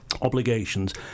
obligations